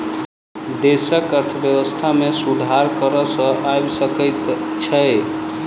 देशक अर्थव्यवस्था में सुधार कर सॅ आइब सकै छै